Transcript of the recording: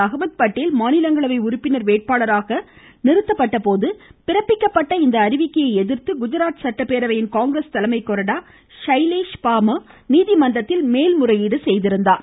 அஹமத் பட்டேல் மாநிலங்களவை உறுப்பினர் வேட்பாளராக நிறுத்தப்பட்ட சார்பில் போது பிறப்பிக்கப்பட்ட இந்த அறிவிக்கையை எதிர்த்து குஜராத் சட்டப்பேரவையின் காங்கிரஸ் தலைமை கொறடா சைலேஷ் பார்மர் நீதிமன்றத்தில் மேல்முறையீடு செய்திருந்தார்